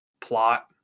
plot